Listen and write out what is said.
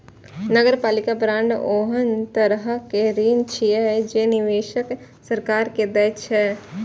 नगरपालिका बांड ओहन तरहक ऋण छियै, जे निवेशक सरकार के दै छै